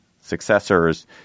successors